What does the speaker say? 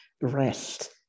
rest